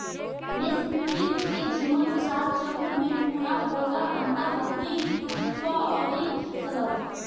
रेशमकीट के जीवन चार चक्र में पूरा होला अंडा, इल्ली, प्यूपा अउरी शलभ